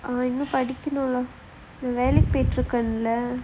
ah இன்னும் படிக்கணும்:innum padikanum lah வேலைக்கு போயிட்டு இருக்கன்ல:velaikku poittu irukkeanla